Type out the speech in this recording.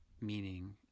meaning